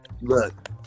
Look